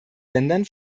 ländern